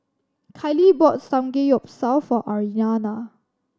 Kailee bought Samgeyopsal for Aryanna